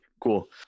cool